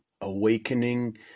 awakening